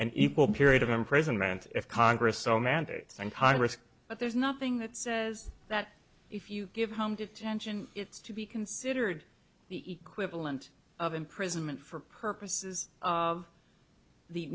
an equal period of imprisonment of congress so mandates and high risk but there's nothing that says that if you give home detention it's to be considered the equal and of imprisonment for purposes of the